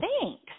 Thanks